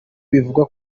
bivugwa